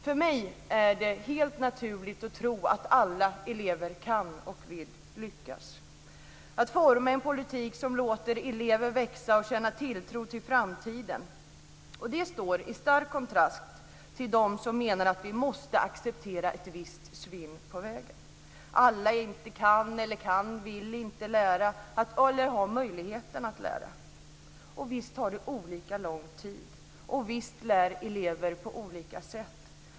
För mig är det helt naturligt att tro att alla elever kan och vill lyckas, att man formar en politik som låter elever växa och känna tilltro till framtiden. Det står i stark kontrast till dem som menar att vi måste acceptera ett visst svinn på vägen - att alla inte kan, inte vill eller inte har möjlighet att lära. Och visst tar det olika lång tid, och visst lär elever på olika sätt.